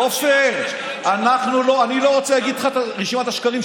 עפר, אני לא רוצה להגיד לך את רשימת השקרים שלך.